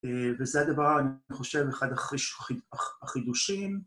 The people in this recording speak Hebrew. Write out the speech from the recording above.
וזה הדבר, אני חושב, אחד החידושים.